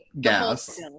gas